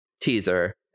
teaser